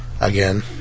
again